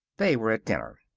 they were at dinner.